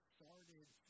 started